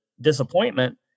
disappointment